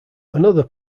another